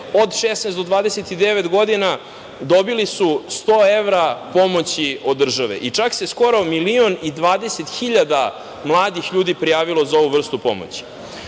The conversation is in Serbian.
od 16 do 29 godina, dobili su 100 evra pomoći od države. Čak se skoro milion i 20 hiljada mladih ljudi prijavilo za ovu vrstu pomoći.